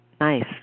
Nice